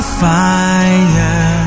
fire